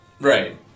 Right